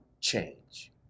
change